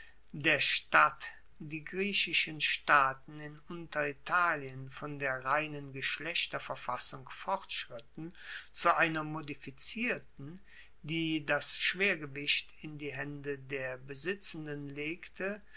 der stadt die griechischen staaten in unteritalien von der reinen geschlechterverfassung fortschritten zu einer modifizierten die das schwergewicht in die haende der besitzenden legte